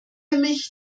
mich